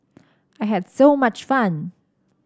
I had so much fun